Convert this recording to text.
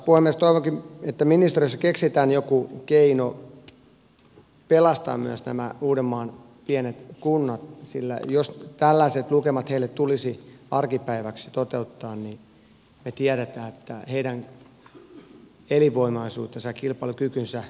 toivonkin että ministeriössä keksitään jokin keino pelastaa myös nämä uudenmaan pienet kunnat sillä jos tällaiset lukemat tulisivat heille arkipäiväksi niin me tiedämme että heidän elinvoimaisuutensa ja kilpailukykynsä merkittävästi vahingoittuisi uudellamaalla